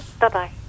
Bye-bye